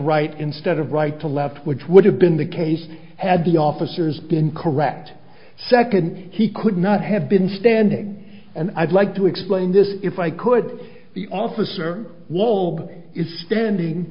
right instead of right to left which would have been the case had the officers been correct second he could not have been standing and i'd like to explain this if i could the officer wall is standing